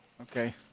Okay